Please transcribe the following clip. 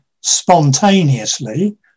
spontaneously